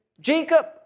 Jacob